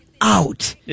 out